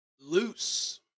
Loose